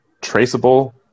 traceable